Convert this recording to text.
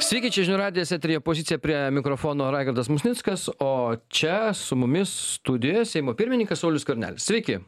sveiki čia žinių radijas eteryje pozicija prie mikrofono raigardas musnickas o čia su mumis studijoje seimo pirmininkas saulius skvernelis sveiki